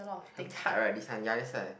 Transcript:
a bit hard right this one ya that's why